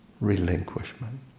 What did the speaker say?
relinquishment